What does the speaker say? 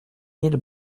mille